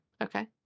okay